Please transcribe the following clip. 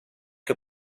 que